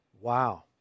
Wow